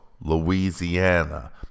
Louisiana